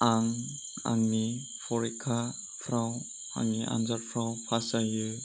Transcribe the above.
आं आंनि फरिखाफ्राव आंनि आनजादफ्राव फास जायो